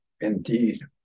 Indeed